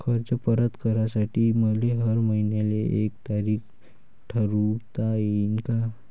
कर्ज परत करासाठी मले हर मइन्याची एक तारीख ठरुता येईन का?